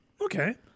Okay